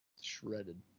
Shredded